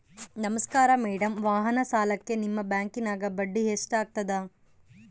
ನಮಸ್ಕಾರ ಮೇಡಂ ವಾಹನ ಸಾಲಕ್ಕೆ ನಿಮ್ಮ ಬ್ಯಾಂಕಿನ್ಯಾಗ ಬಡ್ಡಿ ಎಷ್ಟು ಆಗ್ತದ?